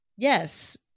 Yes